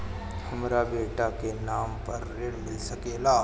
हमरा बेटा के नाम पर ऋण मिल सकेला?